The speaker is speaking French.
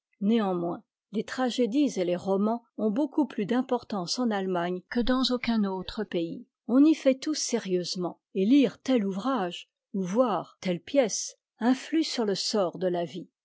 néanmoins les tragédies et les romans ont beaucoup plus d'importance en allema gne que dans aucun autre pays on y fait tout sérieusement et lire tel ouvrage ou voir telle pièce influe sur le sort de la vie